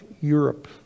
Europe